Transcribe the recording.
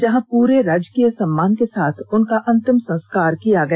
जहां पूरे राजकीय सम्मान के साथ उनका अंतिम संस्कार किया गया